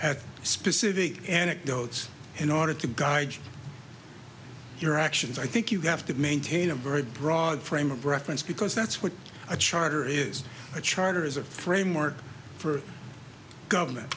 at specific anecdotes in order to guide your actions i think you have to maintain a very broad frame of reference because that's what a charter is a charter is a framework for government